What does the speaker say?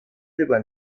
日本